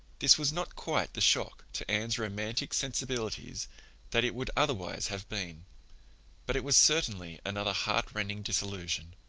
this was not quite the shock to anne's romantic sensibilities that it would otherwise have been but it was certainly another heart-rending disillusion.